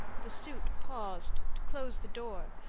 the suit paused to close the door,